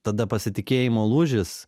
tada pasitikėjimo lūžis